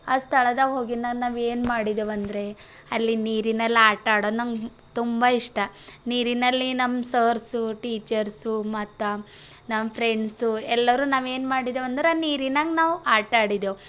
ಆ ಸ್ಥಳದಾಗೆ ಹೋಗಿ ನಾ ನಾವು ಏನು ಮಾಡಿದ್ದೇವೆಂದ್ರೆ ಅಲ್ಲಿ ನೀರಿನಲ್ಲಿ ಆಟ ಆಡೋದು ನನಗೆ ತುಂಬ ಇಷ್ಟ ನೀರಿನಲ್ಲಿ ನಮ್ಮ ಸರ್ಸು ಟೀಚರ್ಸು ಮತ್ತ ನಮ್ಮ ಫ್ರೆಂಡ್ಸು ಎಲ್ಲರೂ ನಾವು ಏನು ಮಾಡಿದ್ದೇವಂದ್ರೆ ನೀರಿನಾಗೆ ನಾವು ಆಟ ಆಡಿದ್ದೆವು